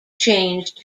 changed